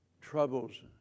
troubles